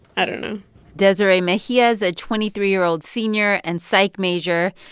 i don't know desiree mejia is a twenty three year old senior and psych major.